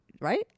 right